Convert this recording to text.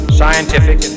scientific